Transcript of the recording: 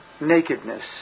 nakedness